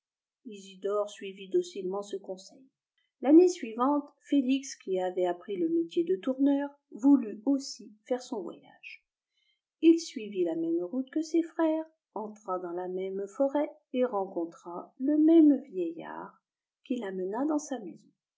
isidore suivit docilement ce conseil l'année suivante félix qui avait appris le métier de tourneur voulut aussi faire son voyage il suivit la même route que ses frères entra dans la même forêt et rencontra le même vieillard qui l'emmena dans sa maison